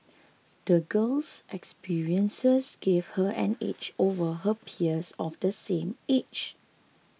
the girl's experiences gave her an edge over her peers of the same age